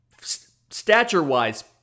stature-wise